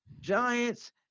Giants